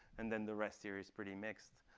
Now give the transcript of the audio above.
and then the rest here is pretty mixed.